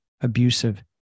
abusive